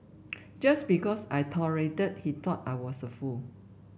just because I tolerated he thought I was a fool